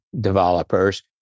developers